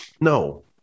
no